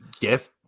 yes